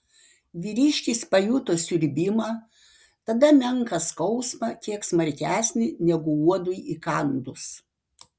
vyriškis pajuto siurbimą tada menką skausmą kiek smarkesnį negu uodui įkandus